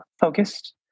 focused